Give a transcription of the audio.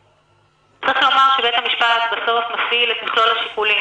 צריך לומר שבית המשפט בסוף מפעיל את מכלול השיקולים